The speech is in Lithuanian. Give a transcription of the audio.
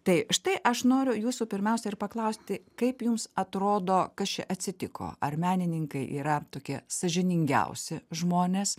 tai štai aš noriu jūsų pirmiausia ir paklausti kaip jums atrodo kas čia atsitiko ar menininkai yra tokie sąžiningiausi žmonės